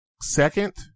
Second